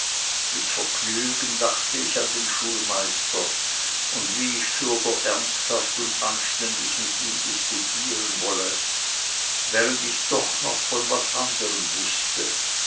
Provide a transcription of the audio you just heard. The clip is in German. mit vergnügen dachte ich an den schulmeister und wie ich fürder ernsthaft und anständig mit ihm disputieren wolle während ich doch noch von was anderm wüßte